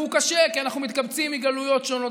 והוא קשה כי אנחנו מתקבצים מגלויות שונות